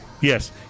Yes